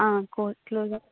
క్లో closeup